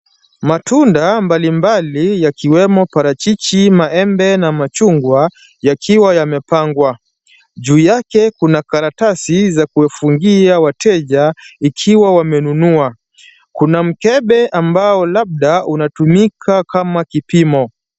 Matunda mbalimbali yakiwemo parachichi, maembe na machungwa yakiwa yamepangwa. Juu yake kuna karatasi za kufungia wateja ikiwa wamenunua. Kuna mkebe ambao labda unatumika kama kipimo.